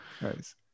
Nice